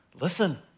listen